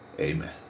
Amen